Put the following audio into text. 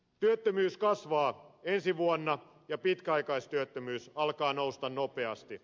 työttömyys kasvaa ensi vuonna ja pitkäaikaistyöttömyys alkaa nousta nopeasti